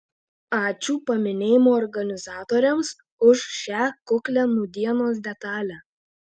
ačiū paminėjimo organizatoriams už šią kuklią nūdienos detalę